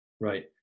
Right